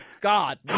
God